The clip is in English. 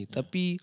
Tapi